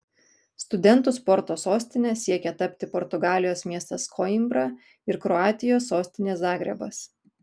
studentų sporto sostine siekia tapti portugalijos miestas koimbra ir kroatijos sostinė zagrebas